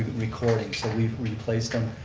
recording, so we've replaced them.